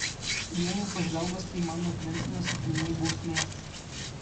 vien jau pažvelgusi į mano princą nusipelnei bausmės